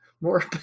more